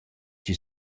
chi